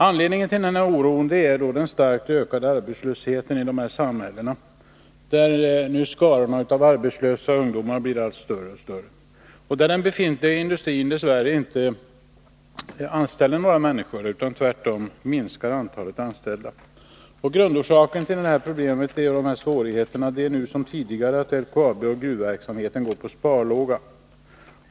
Anledningen till min oro är den starkt ökande arbetslösheten i dessa samhällen, där nu skarorna av arbetslösa ungdomar blir allt större och där den befintliga industrin dess värre inte anställer några människor utan tvärtom minskar antalet anställda. Grundorsaken till svårigheterna är nu som tidigare att LKAB och gruvverksamheten går på sparlåga.